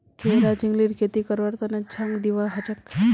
घेरा झिंगलीर खेती करवार तने झांग दिबा हछेक